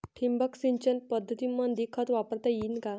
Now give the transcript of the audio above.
ठिबक सिंचन पद्धतीमंदी खत वापरता येईन का?